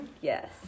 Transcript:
Yes